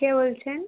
কে বলছেন